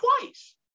twice